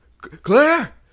Claire